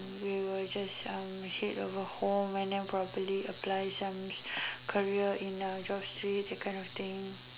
we will just um save for a home and then properly apply some career in job street that kind of thing